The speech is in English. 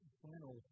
final